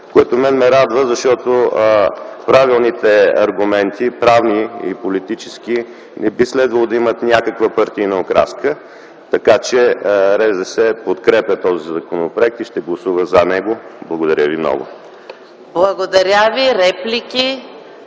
което мен ме радва, защото правилните аргументи, правни и политически, не би следвало да имат някаква партийна окраска. Така че РЗС подкрепя този законопроект и ще гласува за него. Благодаря ви. ПРЕДСЕДАТЕЛ